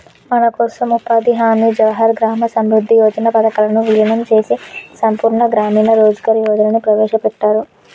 మనకోసం ఉపాధి హామీ జవహర్ గ్రామ సమృద్ధి యోజన పథకాలను వీలినం చేసి సంపూర్ణ గ్రామీణ రోజ్గార్ యోజనని ప్రవేశపెట్టారు